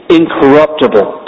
incorruptible